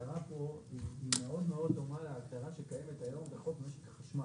ההגדרה פה היא מאוד דומה להגדרה שקיימת היום בחוק משק החשמל.